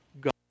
God